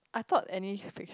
I thought any fict~